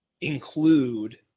include